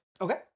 Okay